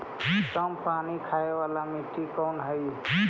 कम पानी खाय वाला मिट्टी कौन हइ?